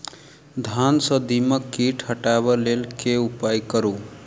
धान सँ दीमक कीट हटाबै लेल केँ उपाय करु?